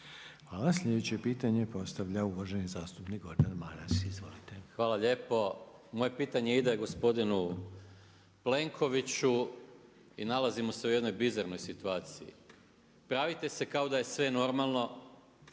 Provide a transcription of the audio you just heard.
Hvala. Sljedeće pitanje postavlja uvaženi zastupnik Gordan Maras. Izvolite. **Maras, Gordan (SDP)** Hvala lijepo. Moje pitanje ide gospodinu Plenkoviću i nalazimo se u jednoj bizarnoj situaciji. Pravite se kao da je sve normalno,